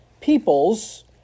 peoples